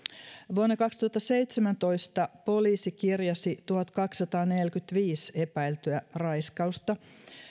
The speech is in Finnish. vuonna kaksituhattaseitsemäntoista poliisi kirjasi tuhatkaksisataaneljäkymmentäviisi epäiltyä raiskausta